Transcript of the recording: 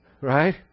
Right